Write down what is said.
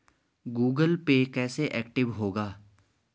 Google Pay कैसे active होगा?